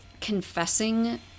confessing